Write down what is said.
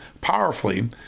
powerfully